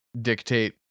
dictate